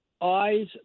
eyes